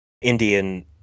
Indian